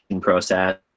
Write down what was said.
process